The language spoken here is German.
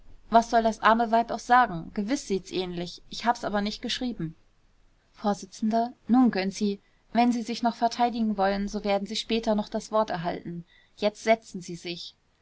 was soll das arme weib auch sagen gewiß sieht's ähnlich ich hab's aber nicht geschrieben vors nun gönczi wenn sie sich noch verteidigen wollen so werden sie später noch das wort erhalten jetzt setzen sie sich